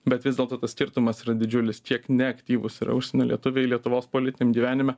bet vis dėlto tas skirtumas yra didžiulis kiek neaktyvūs yra užsienio lietuviai lietuvos politiniam gyvenime